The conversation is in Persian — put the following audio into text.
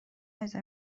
عزیزم